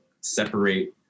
separate